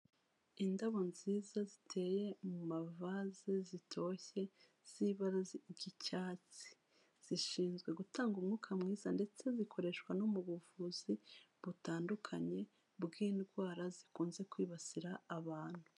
indabo nziza ziteye mu mavase zitoshye z'ibara ry'icyatsi zishinzwe gutanga umwuka mwiza ndetse zikoreshwa no mu buvuzi butandukanye bw'indwara zikunze kwibasira abantu